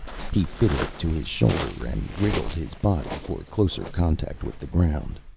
he fitted it to his shoulder and wriggled his body for closer contact with the ground.